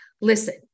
listen